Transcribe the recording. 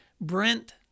Brent